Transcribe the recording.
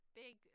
big